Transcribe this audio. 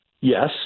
Yes